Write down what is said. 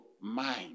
mind